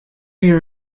your